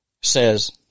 says